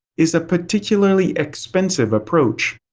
is a particularly expensive approach.